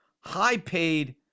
high-paid